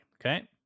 Okay